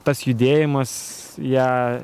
tas judėjimas ją